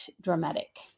dramatic